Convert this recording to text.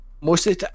mostly